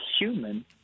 human